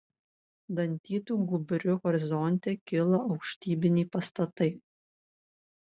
dantytu gūbriu horizonte kilo aukštybiniai pastatai